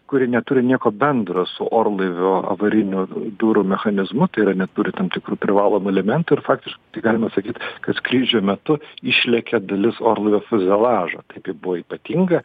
kuri neturi nieko bendro su orlaivio avariniu durų mechanizmu tai yra neturi tam tikrų privalomų elementų ir faktiškai tai galima sakyt kad skrydžio metu išlekia dalis orlaivio fiuzeliažo tai kaip buvo ypatinga